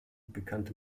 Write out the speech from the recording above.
bekannte